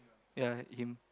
ya him